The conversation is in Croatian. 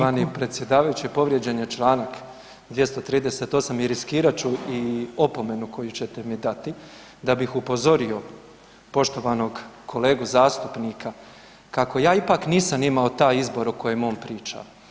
Poštovani predsjedavajući povrijeđen je Članak 238. i riskirat ću i opomenu koju ćete mi dati da bih upozorio poštovanog kolegu zastupnika kako ja ipak nisam imao taj izbor o kojem on priča.